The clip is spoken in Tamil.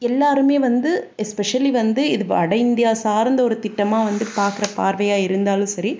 எல்லோருமே வந்து எஸ்பெஷலி வந்து இது வட இந்தியா சார்ந்த ஒரு திட்டமாக வந்து பாக்கிற பார்வையாக இருந்தாலும் சரி